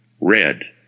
Red